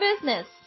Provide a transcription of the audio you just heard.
business